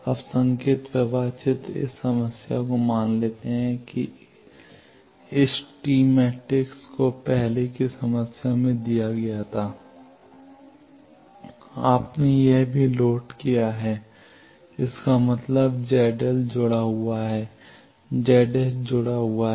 अब संकेत प्रवाह चित्र इस समस्या को मान लेता है कि इस टी मैट्रिक्स को पहले की समस्या में दिया गया था आपने यह भी लोड किया है कि इसका मतलब है Z L जुड़ा हुआ है Z S जुड़ा हुआ है